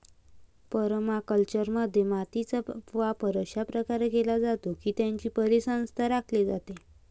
परमाकल्चरमध्ये, मातीचा वापर अशा प्रकारे केला जातो की त्याची परिसंस्था राखली जाते